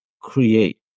create